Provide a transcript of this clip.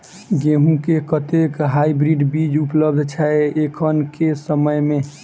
गेंहूँ केँ कतेक हाइब्रिड बीज उपलब्ध छै एखन केँ समय मे?